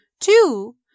Two